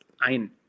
ein